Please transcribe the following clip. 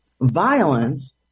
violence